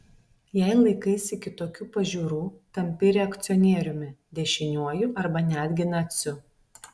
jei laikaisi kitokių pažiūrų tampi reakcionieriumi dešiniuoju arba netgi naciu